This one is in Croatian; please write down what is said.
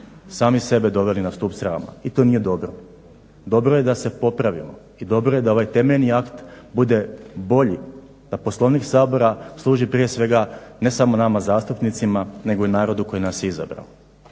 sami sebe doveli na stup srama. I to nije dobro. Dobro je da se popravimo i dobro da ovaj temeljni akt bude bolji da Poslovnik Sabora služi prije svega ne samo nama zastupnicima nego i narodu koji nas je izabrao.